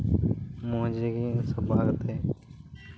ᱢᱚᱡᱽ ᱜᱮ ᱥᱟᱯᱲᱟᱣ ᱠᱟᱛᱮᱜ